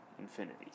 Infinity